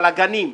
אבל הגנים,